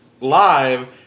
live